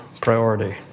priority